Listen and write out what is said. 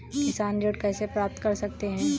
किसान ऋण कैसे प्राप्त कर सकते हैं?